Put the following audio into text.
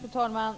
Fru talman!